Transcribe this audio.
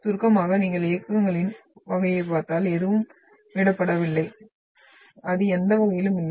சுருக்கமாக நீங்கள் இயக்கங்களின் வகையைப் பார்த்தால் எதுவும் விடப்படவில்லை அது எந்த வகையிலும் இல்லை